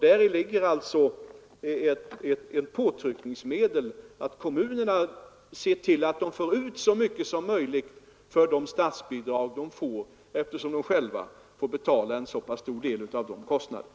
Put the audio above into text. Däri ligger ett påtryckningsmedel — kommunerna ser till att de får ut så mycket som möjligt eftersom de får betala en så pass stor del av kostnaderna.